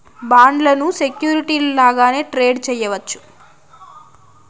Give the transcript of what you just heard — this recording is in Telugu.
బాండ్లను సెక్యూరిటీలు లాగానే ట్రేడ్ చేయవచ్చు